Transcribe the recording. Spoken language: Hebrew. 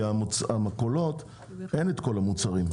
במכולות אין את כל המוצרים,